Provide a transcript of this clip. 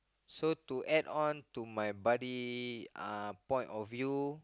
so to add on to my buddy uh point of view